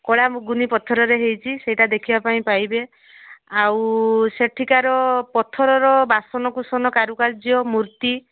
କଳା ମୁଗୁନି ପଥରରେ ହେଇଛି ସେଇଟା ଦେଖିବା ପାଇଁ ପାଇବେ ଆଉ ସେଠିକାର ପଥରର ବାସନକୁସନ କାରୁକାର୍ଯ୍ୟ ମୂର୍ତ୍ତି